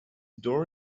door